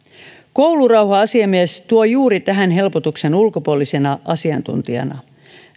koulurauha asiamies tuo juuri tähän helpotuksen ulkopuolisena asiantuntijana